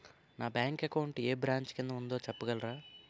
నా bank account ఏ branch కిందా ఉందో చెప్పగలరా?